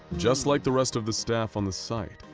just like the rest of the staff on the site,